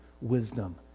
wisdom